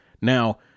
Now